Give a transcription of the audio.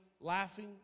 laughing